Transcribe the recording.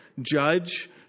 judge